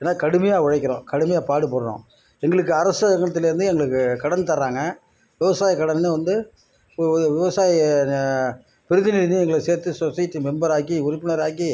ஏன்னா கடுமையாக உழைக்குறோம் கடுமையாக பாடுபடுறோம் எங்களுக்கு அரசுஅலுவலகத்தில் இருந்து எங்களுக்கு கடன் தரறாங்க விவசாயம் கடன்னு வந்து இப்போது ஒரு விவசாயி பிரதிநிதியும் எங்களை சேர்த்து சொசைட்டி மெம்பராக்கி உறுப்பினராக்கி